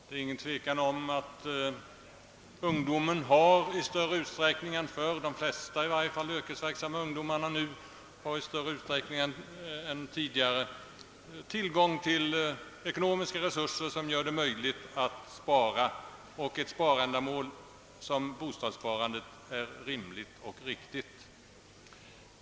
Det är inget tvivel om att de flesta yrkesverksamma ungdomar i större utsträckning än förr har ekonomiska resurser att spara, och ett sparändamål som bostadssparandet är lämpligt.